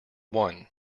one